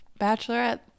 Bachelorette